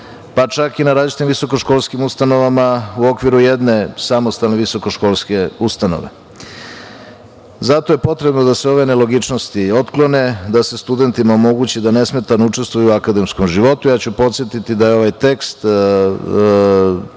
pa čak i na različitim visokoškolskim ustanovama u okviru jedne samostalne visokoškolske ustanove. Zato je potrebno da se ove nelogičnosti otklone, da se studentima omogući da nesmetano učestvuju u akademskom životu. Ja ću podsetiti da je ovaj tekst